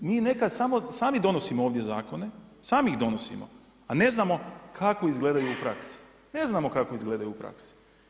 Mi nekad sami donosimo ovdje zakone, sami ih donosimo, a ne znamo kako izgledaju u praksi, ne znamo kako izgledaju u praksi.